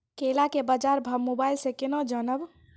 केला के बाजार भाव मोबाइल से के ना जान ब?